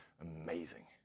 amazing